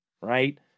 right